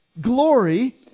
glory